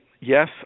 Yes